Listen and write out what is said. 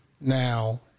Now